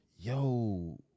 Yo